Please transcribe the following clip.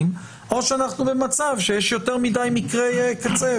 או שאנחנו במצב שיש יותר מדיי מקרי קצה,